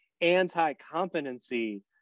anti-competency